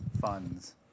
funds